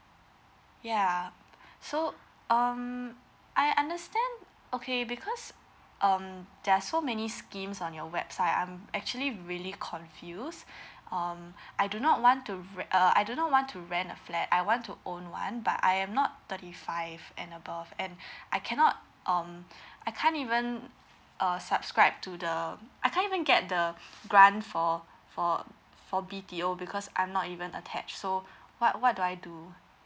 ya so um I understand okay because um there are so many schemes on your website I'm actually really confuse um I do not want to uh I do not want to rent a flat I want to own one but I am not thirty five and above and I cannot um I can't even err subscribe to the I can't even get the grant for for for B_T_O because I'm not even attached so what what do I do